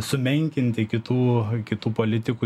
sumenkinti kitų kitų politikų